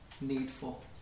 needful